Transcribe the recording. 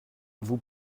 vous